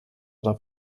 oder